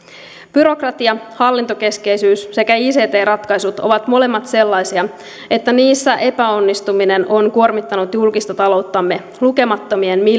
byrokratia hallintokeskeisyys sekä ict ratkaisut ovat molemmat sellaisia että niissä epäonnistuminen on kuormittanut julkista talouttamme lukemattomien